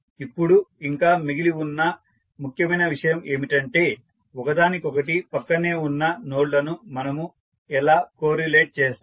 ఇప్పుడు ఇంకా మిగిలి ఉన్న ముఖ్యమైన విషయం ఏమిటంటే ఒకదానికొకటి ప్రక్కనే ఉన్న నోడ్లను మనము ఎలా కో రిలేట్ చేస్తాము